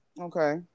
Okay